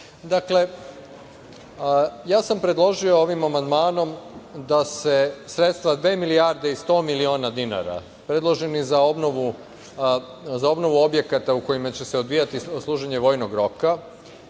grupe. Dakle, ja sam predložio ovim amandmanom da se sredstva od dve milijarde i 100 miliona dinara predloženih za obnovu objekata u kojima će odvijati služenje vojnog roka